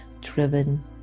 driven